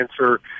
answer